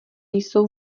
jsou